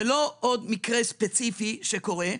זה לא עוד מקרה ספציפי שקורה,